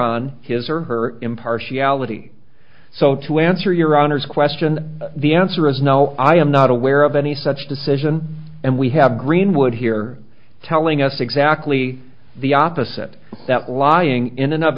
on his or her impartiality so to answer your honor's question the answer is no i am not aware of any such decision and we have greenwood here telling us exactly the opposite that lying in